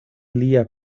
lia